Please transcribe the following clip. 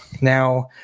Now